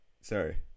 sorry